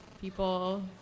people